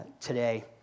today